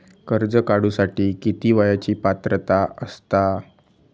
कर्ज काढूसाठी किती वयाची पात्रता असता?